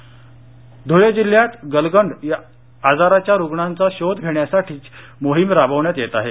गलगंड धुळे जिल्ह्यात गलगंड आजाराच्या रुग्णांचा शोध घेण्यासाठी मोहीम राबवण्यात येत आहे